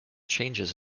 changes